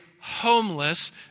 homeless